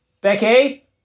Becky